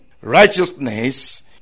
righteousness